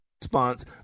response